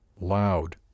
Loud